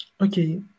okay